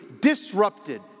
disrupted